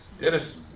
Dennis